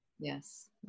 Yes